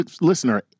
listener